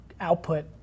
output